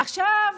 עכשיו